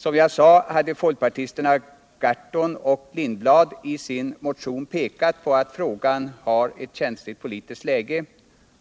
Som jag sade hade folkpartisterna Gahrton och Lindblad i sin motion pekat på att frågan har ett känsligt politiskt läge